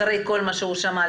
אחרי כל מה שהוא שמע,